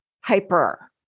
hyper